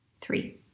Three